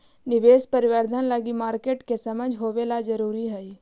निवेश प्रबंधन लगी मार्केट के समझ होवेला जरूरी हइ